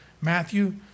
Matthew